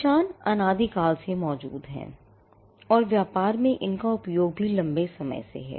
निशान अनादिकाल से मौजूद हैं और व्यापार में इनका उपयोग भी लंबे समय से है